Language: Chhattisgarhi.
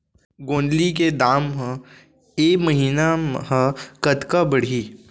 गोंदली के दाम ह ऐ महीना ह कतका बढ़ही?